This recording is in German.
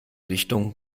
richtungen